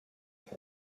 said